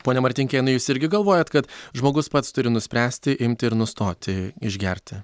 pone martinkėnai jūs irgi galvojat kad žmogus pats turi nuspręsti imti ir nustoti išgerti